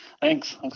Thanks